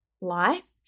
life